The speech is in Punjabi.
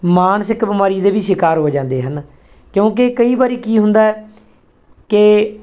ਮਾਨਸਿਕ ਬਿਮਾਰੀ ਦੇ ਵੀ ਸ਼ਿਕਾਰ ਹੋ ਜਾਂਦੇ ਹਨ ਕਿਉਂਕਿ ਕਈ ਵਾਰੀ ਕੀ ਹੁੰਦਾ ਕਿ